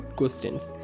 questions